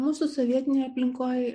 mūsų sovietinėj aplinkoj